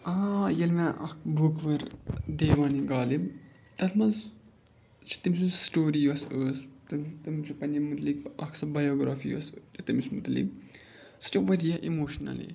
آ ییٚلہِ مےٚ اَکھ بُک ؤر دیوَنِ غالب تَتھ منٛز چھِ تٔمۍ سُنٛد سٹوری یۄس ٲس تٔمِس چھِ پنٛنہِ مُتعلِق اَکھ سۄ بَیوگرٛافی یۄس تٔمِس مُتعلِق سُہ چھُ واریاہ اِموشنٔلی